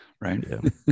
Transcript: right